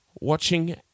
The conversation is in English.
watching